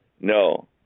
no